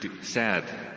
sad